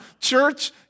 Church